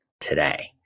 today